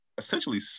essentially